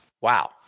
Wow